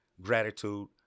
Gratitude